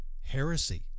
heresy